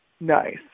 Nice